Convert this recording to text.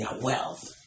wealth